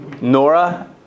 Nora